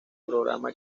programa